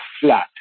flat